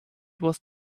was